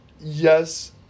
Yes